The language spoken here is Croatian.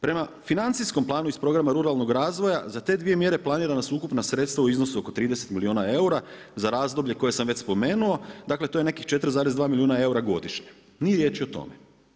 Prema financijskom planu iz Programa ruralnog razvoja za te dvije mjere planirana su sredstva su ukupna sredstva u iznosu oko 30 milijuna eura za razdoblje koje sam već spomenuo, dakle to je nekih 4,2 milijuna eura godišnje ni riječi o tome.